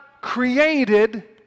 created